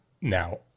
now